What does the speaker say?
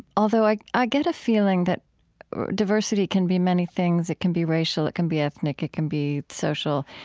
although i i get a feeling that diversity can be many things it can be racial it can be ethnic it can be social,